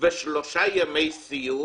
ושלושה ימי סיור.